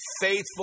Faithful